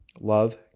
Love